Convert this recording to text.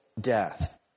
death